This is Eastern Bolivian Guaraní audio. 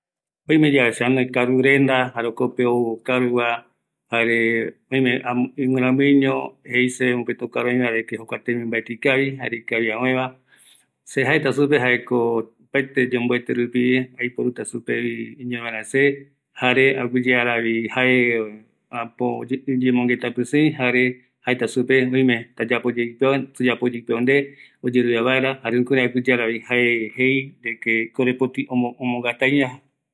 Anoi yave karurenda, are ou okaruva jei seve mbaetɨ tembiu oiporugue ikavi öë, se jaeta supe amboete rupi, toyeapoye sepe, ani ïkïreïyave ameeye supe ikorepoti tembiu repɨ